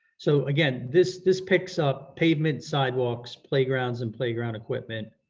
so again, this this picks up pavement, sidewalks, playgrounds and playground equipment,